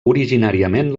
originàriament